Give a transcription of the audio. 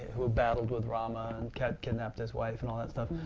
who battled with rama and kidnapped his wife and all that stuff,